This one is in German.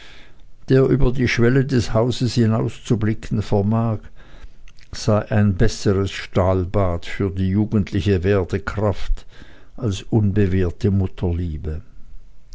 der über die schwelle des hauses hinauszublicken vermag sei ein besseres stahlbad für die jugendliche werdekraft als unbewehrte mutterliebe